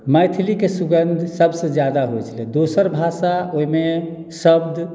मैथिलीके सुगन्ध सभसँ ज्यादा होइ छलै दोसर भाषा ओहिमे शब्द